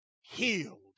healed